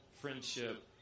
friendship